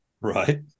Right